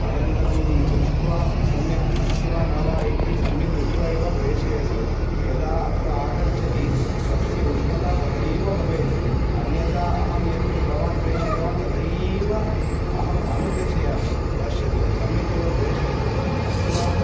अनन्तरं दृष्ट्वा सम्यक् अस्ति वा न वा इति सम्यक् दृष्ट्वा एव प्रेषयतु यदा अत्र आगच्छति तस्य उष्णता तथैव भवेत् अन्यथा अहं यत् भवान् प्रेषितवान् तथैव अनुप्रेषयामि पश्यतु सम्यक् एव प्रेषयतु अस्तु वा